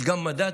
יש גם מדד